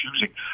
choosing